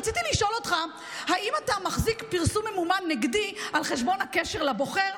רציתי לשאול אותך: האם אתה מחזיק פרסום ממומן נגדי על חשבון הקשר לבוחר?